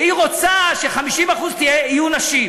והיא רוצה ש-50% יהיו נשים.